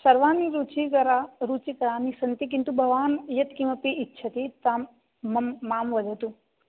सर्वाणि रुचिकरा रुचिकराणि सन्ति किन्तु भवान् यत्किमपि इच्छति तां मम् मां वदतु